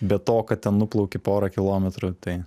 be to kad ten nuplauki porą kilometrų tai